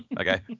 Okay